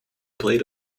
played